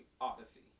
Odyssey